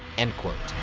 end quote.